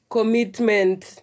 Commitment